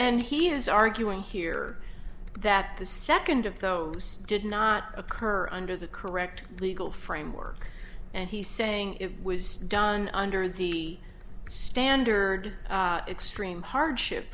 and he is arguing here that the second of those did not occur under the correct legal framework and he's saying it was done under the standard extreme hardship